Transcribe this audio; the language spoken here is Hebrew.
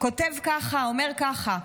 כותב ככה, אומר ככה: